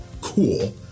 cool